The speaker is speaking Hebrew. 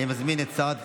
אני מזמין את שרת התחבורה,